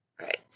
Right